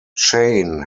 chain